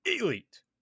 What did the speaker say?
Elite